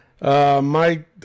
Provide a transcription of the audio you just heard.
Mike